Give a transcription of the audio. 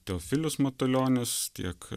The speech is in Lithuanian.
teofilius matulionis tiek